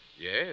Yes